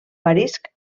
marisc